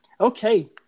Okay